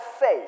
faith